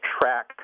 track